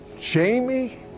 Jamie